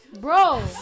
Bro